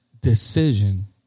decision